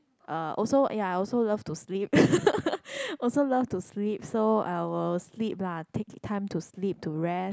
uh also ya I also love to sleep also love to sleep so I will sleep lah take time to sleep to rest